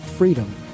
freedom